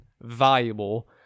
valuable